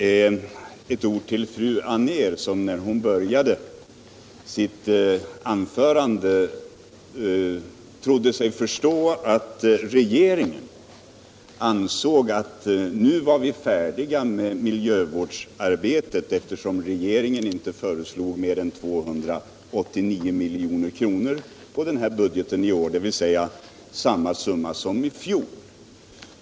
Fru Anér sade i början av sitt anförande att hon trodde sig förstå att regeringen nu ansåg att man var färdig med miljövårdsarbetet, eftersom regeringen inte föreslagit mer än 289 milj.kr. på denna budget i år, dvs. samma summa som i fjol.